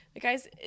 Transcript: Guys